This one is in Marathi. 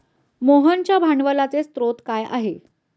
मोहनच्या भांडवलाचे स्रोत काय आहे?